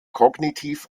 kognitiv